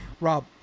rob